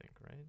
right